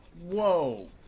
whoa